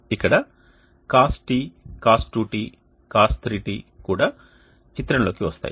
ఇక్కడ cost cos2t cos3t కూడా చిత్రంలోకి వస్తాయి